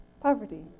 poverty